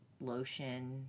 lotion